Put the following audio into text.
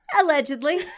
Allegedly